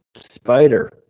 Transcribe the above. Spider